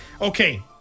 Okay